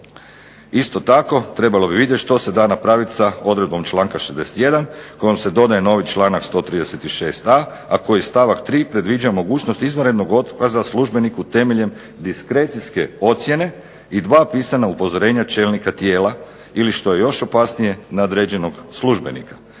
Isto tako, trebalo bi vidjeti što se da napraviti sa odredbom članka 61. kojom se dodaje novi članak 136a. a koji stavak 3. predviđa mogućnost izvanrednog otkaza službeniku temeljem diskrecijske ocjene i dva pisana upozorenja čelnika tijela ili što je još opasnije nadređenog službenika